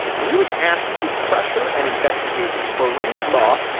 when he was asked to pressure and investigate barrys more,